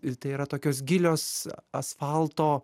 ir tai yra tokios gilios asfalto